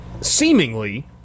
seemingly